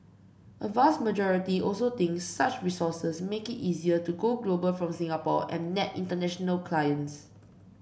a vast majority also thinks such resources make it easier to go global from Singapore and nab international clients